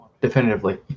definitively